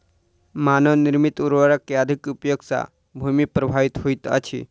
मानव निर्मित उर्वरक के अधिक उपयोग सॅ भूमि प्रभावित होइत अछि